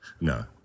No